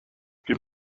give